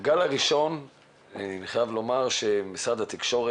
אני חייב לומר שבגל הראשון משרד התקשורת